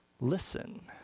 listen